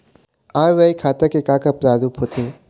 आय व्यय खाता के का का प्रारूप होथे?